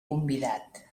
convidat